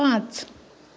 पांच